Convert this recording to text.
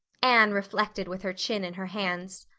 anne reflected with her chin in her hands.